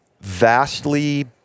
vastly